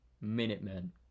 Minutemen